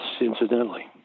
incidentally